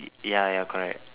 ya ya correct